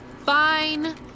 Fine